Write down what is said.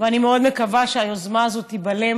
ואני מאוד מקווה שהיוזמה הזאת תיבלם,